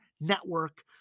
Network